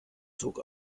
zog